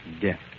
Death